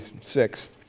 six